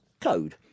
Code